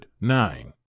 nine